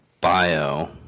bio